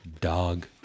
dog